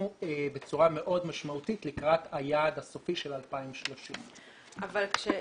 בצורה מאוד משמעותית לקראת היעד הסופי של 2030. כאשר